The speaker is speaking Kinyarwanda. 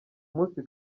umunsi